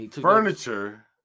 furniture